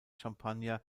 champagner